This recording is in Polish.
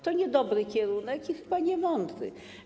To niedobry kierunek i chyba niemądry.